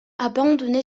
abandonner